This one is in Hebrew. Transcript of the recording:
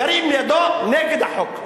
ירים ידו נגד החוק.